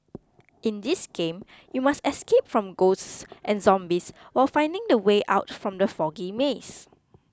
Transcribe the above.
in this game you must escape from ghosts and zombies while finding the way out from the foggy maze